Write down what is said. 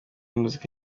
muzika